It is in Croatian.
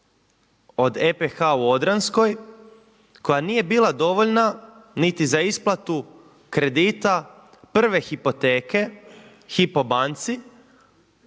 od EPH u Odranskoj koja nije bila dovoljna niti za isplatu kredita prve hipoteke HYPO banci